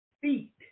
feet